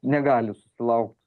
negali susilaukt